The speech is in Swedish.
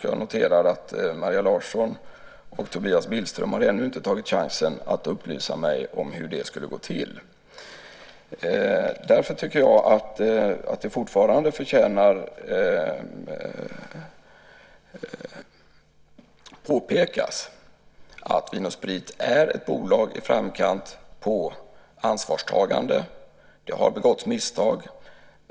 Jag noterar att Maria Larsson och Tobias Billström ännu inte har tagit chansen att upplysa mig om hur det skulle gå till. Jag tycker att det fortfarande förtjänar att påpekas att Vin & Sprit är ett bolag i framkant vad gäller ansvarstagande. Det har begåtts misstag.